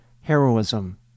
heroism